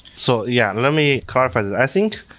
so yeah. let me clarify that. i think,